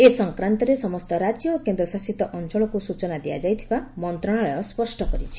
ଏ ସଂକ୍ରାନ୍ତରେ ସମସ୍ତ ରାଜ୍ୟ ଓ କେନ୍ଦ୍ରଶାସିତ ଅଞ୍ଚଳକୁ ସ୍ବଚନା ଦିଆଯାଇଥିବା ମନ୍ଦ୍ରଣାଳୟ ସ୍ୱଷ୍ଟ କରିଛି